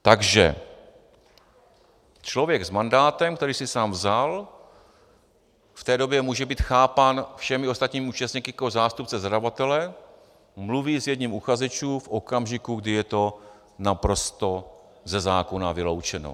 Takže člověk s mandátem, který si sám vzal, v té době může být chápán všemi ostatními účastníky jako zástupce zadavatele, mluví s jedním z uchazečů v okamžiku, kdy je to naprosto ze zákona vyloučené.